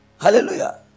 Hallelujah